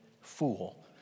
fool